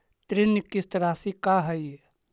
ऋण किस्त रासि का हई?